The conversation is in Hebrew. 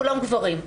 כולם גברים.